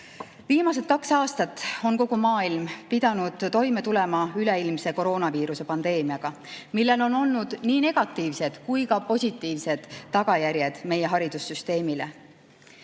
Viimased kaks aastat on kogu maailm pidanud toime tulema üleilmse koroonaviiruse pandeemiaga, millel on olnud nii negatiivsed kui ka positiivsed tagajärjed meie haridussüsteemile.